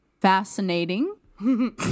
fascinating